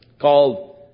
called